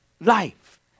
life